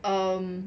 um